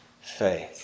faith